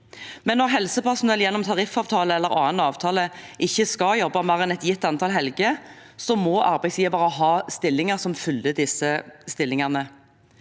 Men når helsepersonell gjennom tariffavtale eller annen avtale ikke skal jobbe mer enn et gitt antall helger, må arbeidsgiverne ha stillinger som fyller disse hullene.